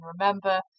remember